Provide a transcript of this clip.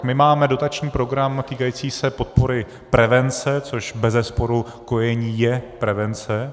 My máme dotační program týkající se podpory prevence, což bezesporu kojení je prevence.